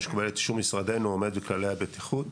כל מי שקיבל את איור משרדנו עומד בכללי הבטיחות.